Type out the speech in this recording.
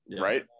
right